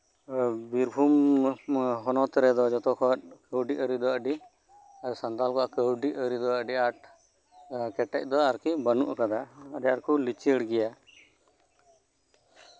ᱵᱤᱨᱵᱷᱩᱢ ᱦᱚᱱᱚᱛ ᱨᱮᱫᱚ ᱡᱷᱚᱛᱚ ᱠᱷᱚᱱ ᱠᱟᱹᱣᱰᱤ ᱟᱹᱨᱤ ᱫᱚ ᱥᱟᱱᱛᱟᱞ ᱠᱚᱣᱟᱜ ᱠᱟᱹᱣᱰᱤ ᱟᱹᱨᱤ ᱫᱚ ᱟᱹᱰᱤ ᱟᱸᱴ ᱠᱮᱴᱮᱡ ᱫᱚ ᱟᱨᱠᱤ ᱵᱟᱹᱱᱩᱜ ᱟᱠᱟᱫᱟ ᱟᱹᱰᱤ ᱟᱸᱴᱠᱚ ᱞᱤᱪᱟᱹᱲ ᱜᱮᱭᱟ